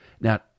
now